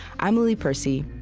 i'm lily percy.